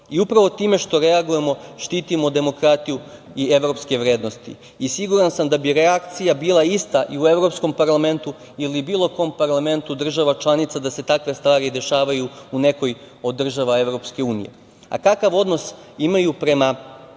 Upravo time što reagujemo, štitimo demokratiju i evropske vrednosti. Siguran sam da bi reakcija bila ista i u Evropskom parlamentu ili u bilo kom parlamentu država članica da se takve stvari dešavaju u nekoj od država Evropske unije. Kakav odnos imaju prema institucijama